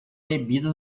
bebida